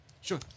Sure